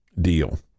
deal